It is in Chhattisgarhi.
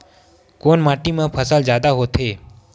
कोन माटी मा फसल जादा होथे?